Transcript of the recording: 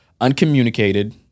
Uncommunicated